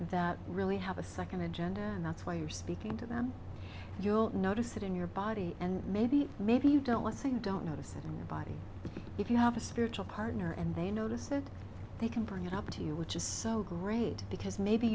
that really have a second agenda and that's why you're speaking to them and you don't notice it in your body and maybe maybe you don't think you don't notice a body if you have a spiritual partner and they notice that they can bring it up to you which is so great because maybe